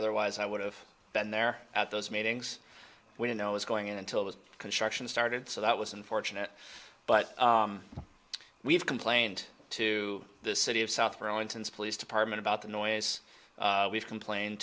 otherwise i would have been there at those meetings we don't know what's going in until the construction started so that was unfortunate but we have complained to the city of south carolinians police department about the noise we've complain